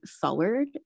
forward